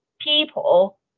people